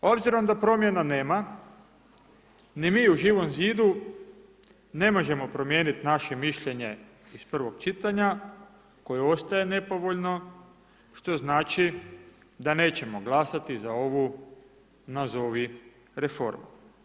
Obzirom da promjena nema, ni mi u Živom zidu ne možemo promijeniti naše mišljenje iz prvog čitanja, koje ostaje nepovoljno, što znači da nećemo glasati za ovu, nazovi, reformu.